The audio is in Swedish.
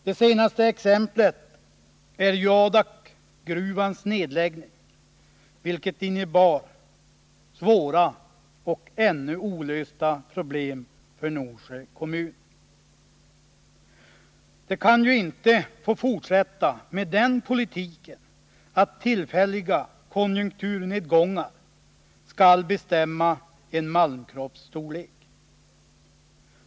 Det senaste exemplet på nedläggning är Adakgruvan. Nedläggningen av den innebar svåra och ännu olösta problem för Norsjö kommun. Den politiken kan inte få fortsätta, att tillfälliga konjunkturnedgångar skall bestämma en malmkropps brytvärde.